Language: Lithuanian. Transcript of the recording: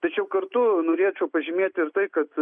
tačiau kartu norėčiau pažymėti ir tai kad